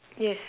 yes